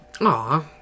Aw